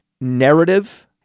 narrative